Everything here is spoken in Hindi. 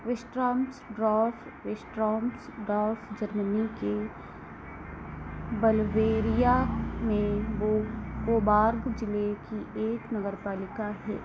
एस्ट्रॉम्सबर्ग एस्ट्रॉम्सबर्ग जर्मनी के बुल्गेरिया में कोबार्ग ज़िले की एक नगरपालिका है